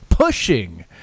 Pushing